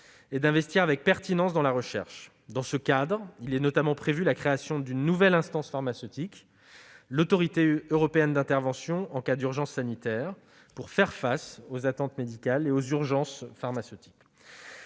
et d'investir avec pertinence dans la recherche. Dans ce cadre, il est notamment prévu de créer une nouvelle instance pharmaceutique, l'Autorité européenne d'intervention en cas d'urgence sanitaire, pour faire face aux attentes médicales et urgences pharmaceutiques.